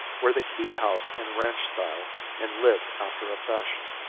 where they keep house in ranch style and live after a fashion.